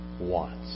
wants